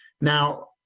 Now